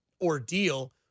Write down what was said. ordeal